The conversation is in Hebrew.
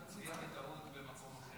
ואליד הצביע.